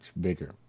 bigger